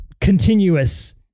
continuous